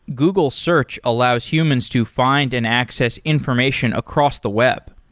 google search allows humans to find an access information across the web.